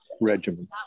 regimen